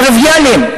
טריוויאליים,